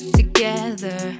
together